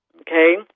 Okay